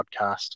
podcast